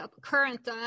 current